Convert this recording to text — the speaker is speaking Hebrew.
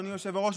אדוני היושב-ראש,